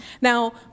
Now